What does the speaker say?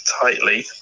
tightly